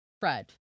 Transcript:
Fred